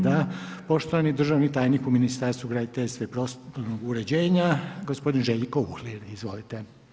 Da, poštovani državni tajnik u Ministarstvu graditeljstva i prostornog uređenja, gospodin Željko Uhlir, izvolite.